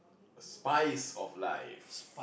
spice of life